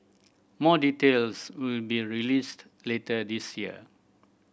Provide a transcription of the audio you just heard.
more details will be released later this year